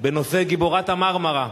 בנושא גיבורת ה"מרמרה",